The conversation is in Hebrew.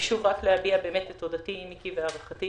שוב, רק להביע את תודתי, מיקי, והערכתי